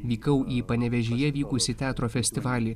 vykau į panevėžyje vykusį teatro festivalį